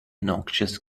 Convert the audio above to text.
noxious